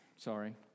sorry